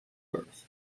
birth